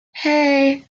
hey